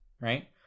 right